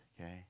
Okay